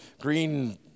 green